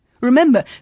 Remember